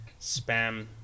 spam